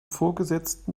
vorgesetzten